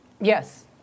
Yes